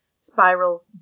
Spiral